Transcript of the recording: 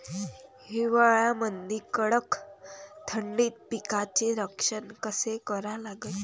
हिवाळ्यामंदी कडक थंडीत पिकाचे संरक्षण कसे करा लागन?